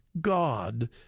God